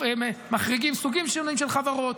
מחריגים סוגים שונים חברות,